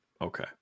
Okay